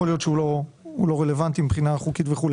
יכול להיות שהיא לא רלוונטית מבחינה חוקית וכולי.